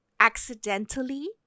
Accidentally